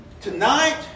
Tonight